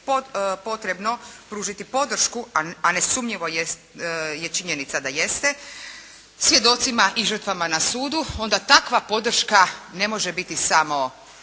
potrebno pružiti podršku a nesumnjivo je činjenica da jeste svjedocima i žrtvama na sudu onda takva podrška ne može biti samo